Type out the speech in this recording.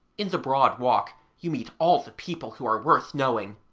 in the broad walk you meet all the people who are worth knowing,